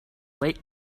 late